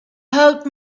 help